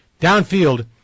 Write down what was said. downfield